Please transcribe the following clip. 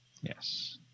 Yes